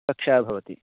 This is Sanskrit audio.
कक्ष्या भवति